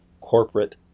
corporate